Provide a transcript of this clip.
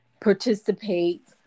participate